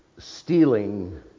Stealing